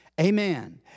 Amen